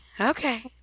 Okay